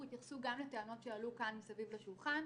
התייחסו גם לטענות שעלו כאן סביב השולחן.